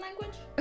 language